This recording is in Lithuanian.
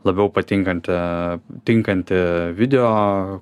labiau patinkantį tinkantį video